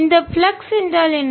இந்த பிளக்ஸ் என்றால் என்ன